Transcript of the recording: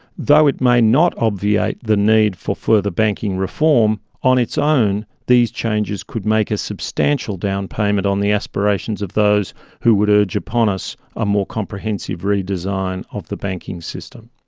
though it may not obviate the need for further banking reform, on its own these changes could make a substantial down-payment on the aspirations of those who would urge upon us a more comprehensive redesign of the banking system.